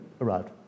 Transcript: arrived